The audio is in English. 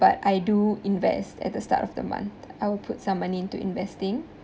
but I do invest at the start of the month I'll put some money into investing